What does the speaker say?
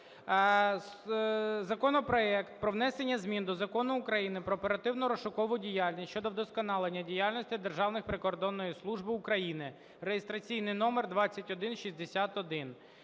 Законопроект про внесення змін до Закону України "Про оперативно-розшукову діяльність" щодо вдосконалення діяльності Державної прикордонної служби України (реєстраційний номер 2161).